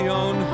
on